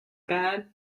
bad